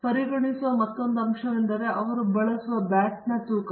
ನಾವು ಪರಿಗಣಿಸುವ ಮತ್ತೊಂದು ಅಂಶವೆಂದರೆ ಅವರು ಬಳಸುವ ಬ್ಯಾಟ್ನ ತೂಕ